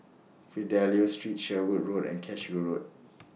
Fidelio Street Sherwood Road and Cashew Road